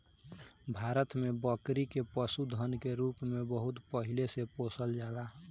भारत में बकरी के पशुधन के रूप में बहुत पहिले से पोसल जाला